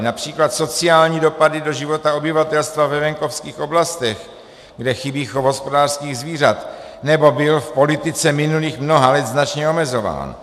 Například sociální dopady do života obyvatelstva ve venkovských oblastech, kde chybí chov hospodářských zvířat, nebo byl v politice minulých mnoha let značně omezován.